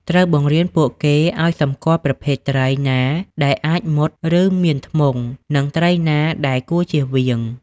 ត្រូវបង្រៀនពួកគេឱ្យសម្គាល់ ប្រភេទត្រី ណាដែលអាចមុត ឬ មានធ្មង់ និងត្រីណាដែលគួរជៀសវាង។